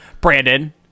brandon